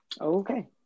Okay